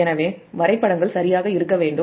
எனவே வரைபடங்கள் சரியாக இருக்க வேண்டும்